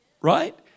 Right